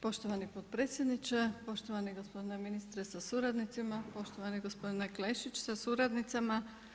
Poštovani potpredsjedniče, poštovani gospodine ministre sa suradnicima, poštovani gospodine Klešić sa suradnicama.